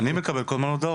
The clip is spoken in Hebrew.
אני מקבל כל הזמן הודעות.